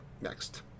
Next